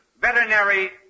Veterinary